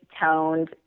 toned